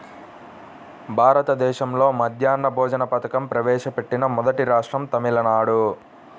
భారతదేశంలో మధ్యాహ్న భోజన పథకం ప్రవేశపెట్టిన మొదటి రాష్ట్రం తమిళనాడు